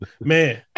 Man